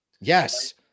Yes